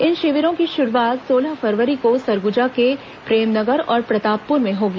इस शिविरों की शुरूआत सोलह फरवरी को सरगुजा के प्रेमनगर और प्रतापपुर में होगी